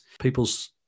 people's